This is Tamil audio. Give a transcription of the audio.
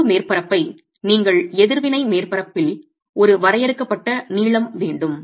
தொடர்பு மேற்பரப்பை பின்னர் நீங்கள் எதிர்வினை மேற்பரப்பில் ஒரு வரையறுக்கப்பட்ட நீளம் வேண்டும்